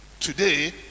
Today